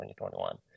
2021